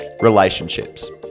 Relationships